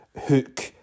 hook